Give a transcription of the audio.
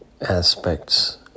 aspects